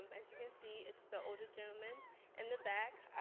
um as you can see it's the older gentleman in the back.